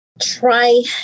Try